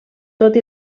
tot